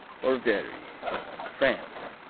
or vary france